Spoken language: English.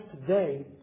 today